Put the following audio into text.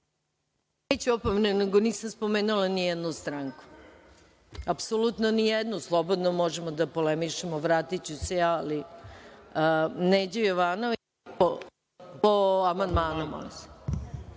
Neću opomenu, nego nisam spomenula ni jednu stranku, apsolutno ni jednu. Slobodno možemo da polemišemo, vratiću se ja. Neđo Jovanović po amandmanu. Izvolite.